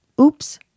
Oops